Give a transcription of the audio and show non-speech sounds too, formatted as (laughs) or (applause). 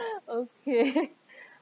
(laughs) okay